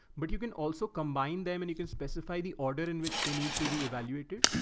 but you can also combine them and you can specify the order in which they need to be evaluated,